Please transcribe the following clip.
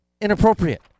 Inappropriate